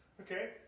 okay